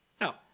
Now